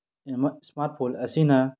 smart phone ꯑꯁꯤꯅ